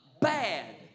bad